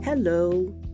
Hello